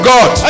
God